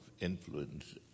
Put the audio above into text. influence